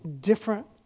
different